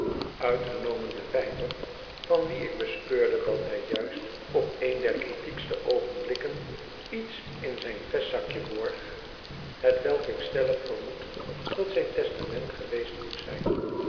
uitgenomen de pijper van wien ik bespeurde dat hij juist op een der kritiekste oogenblikken iets in zijn vestzakje borg hetwelk ik stellig vermoed dat zijn testament geweest moet zijn